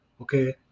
okay